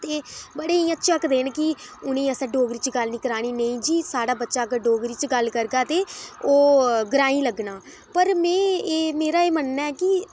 बड़े इ'यां झकदे न कि उ'नें ई असें डोगरी च गल्ल निं करानी नेईं जी साढ़ा बच्चा अगर डोगरी च गल्ल करगा ते ओह् ग्राईं लग्गना पर में एह् मेरा एह् मन्नना ऐ